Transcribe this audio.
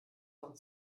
von